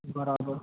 બરાબર